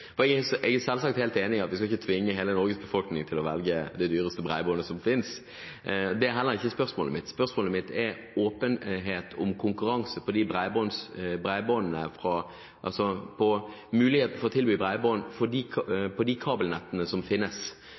mitt. Jeg er selvsagt helt enig i at vi ikke skal tvinge hele Norges befolkning til å velge det dyreste bredbåndet som finnes. Det handler spørsmålet mitt heller ikke om. Spørsmålet mitt handler om å åpne for konkurranse i kabelnettet, altså ha mulighet til å tilby bredbånd i de kabelnettene som finnes.